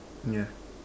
yeah